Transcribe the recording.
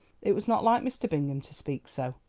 it was not like mr. bingham to speak so.